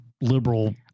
liberal